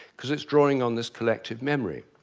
because it's drawing on this collective memory.